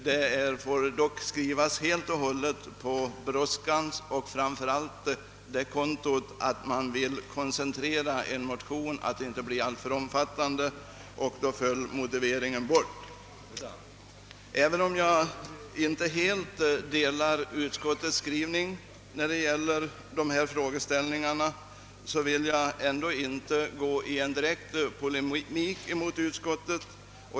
Det får dock skrivas helt och hållet på brådskans konto och en önskan att koncentrera motionen, så att den inte skulle bli alltför omfattande, och då föll en del av motiveringen bort. Även om jag inte helt delar utskottets skrivning vad beträffar de berörda frågeställningarna vill jag ändå inte gå in i någon direkt polemik mot utskottet.